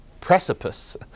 precipice